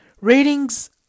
ratings